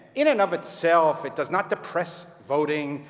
in and of itself, it does not depress voting,